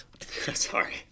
Sorry